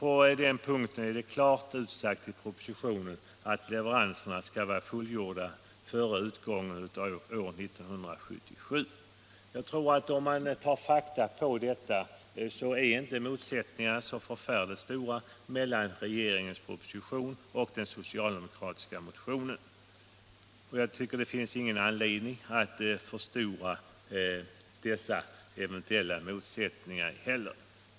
På den punkten är det klart utsagt i propositionen att leveranserna skall vara fullgjorda föré utgången av år 1977. Om man tar fasta på detta är inte motsättningarna så förfärligt stora mellan regeringens proposition och den socialdemokratiska motionen. Det finns heller ingen anledning, tycker jag, att förstora dessa eventuella motsättningar.